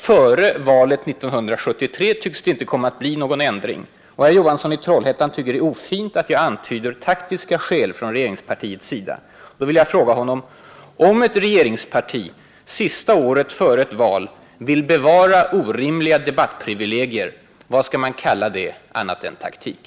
Före valet 1973 tycks det inte komma att bli någon ändring. on i Trollhättan tycker att det är ofint att jag antyder taktiska skäl från regeringspartiets sida. Då vill jag fråga honom: Om ett fegeringsparti sista året före ett val vill bevara orimliga debattprivilegier — Vad skall man kalla det annat än taktik?